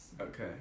Okay